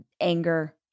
anger